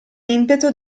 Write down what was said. impeto